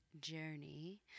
journey